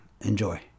Enjoy